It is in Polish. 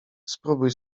spróbuj